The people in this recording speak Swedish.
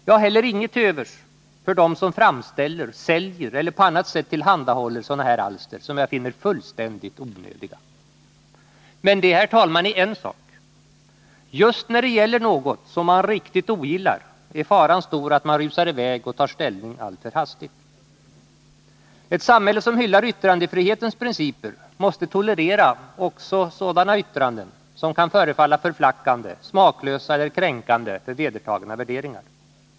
Jag har heller inget till övers för dem som framställer, säljer eller på annat sätt tillhandahåller sådana här alster, som jag finner fullständigt onödiga. Men det är, herr talman, en sak. Just när det gäller något som man riktigt ogillar är faran stor att man rusar i väg och tar ställning alltför hastigt. Ett samhälle som hyllar yttrandefrihetens principer måste tolerera också sådana yttranden som kan förefalla förflackande, smaklösa eller kränkande för vedertagna värderingar.